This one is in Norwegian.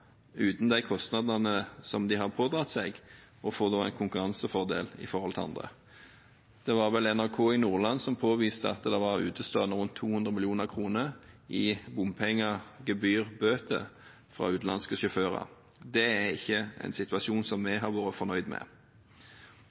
uten å gjøre opp for de kostnadene de har pådratt seg, og får da en konkurransefordel i forhold til andre. Det var vel NRK Nordland som påviste at en har 200 mill. kr utestående i bompengebøter fra utenlandske sjåfører. Det er ikke en situasjon som vi har vært fornøyd med.